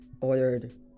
ordered